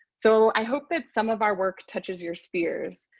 so i hope that some of our work touches your spheres.